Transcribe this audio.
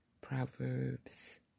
Proverbs